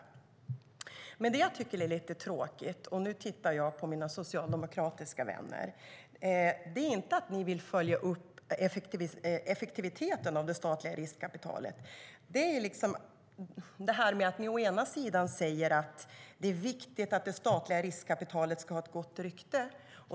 Men det som jag tycker är lite tråkigt, och nu tittar jag på mina socialdemokratiska vänner, är inte att ni vill följa upp effektiviteten av det statliga riskkapitalet. Ni säger att det är viktigt att det statliga riskkapitalet ska ha ett gott rykte.